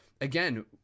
again